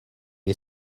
est